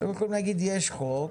אתם יכולים להגיד: יש חוק